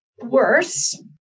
worse